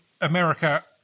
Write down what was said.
America